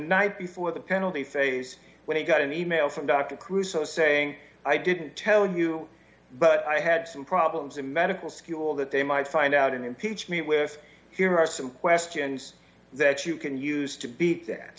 night before the penalty phase when he got an e mail from dr crusoe saying i didn't tell you but i had some problems in medical school that they might find out and impeach me with here are some questions that you can use to beat th